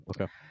Okay